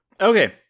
Okay